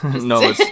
No